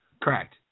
Correct